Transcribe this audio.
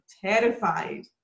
terrified